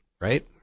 right